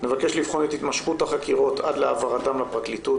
נבקש לבחון את התמשכות החקירות עד להעברתם לפרקליטות,